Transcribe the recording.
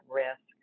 risk